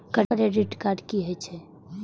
Credit card की हे छे?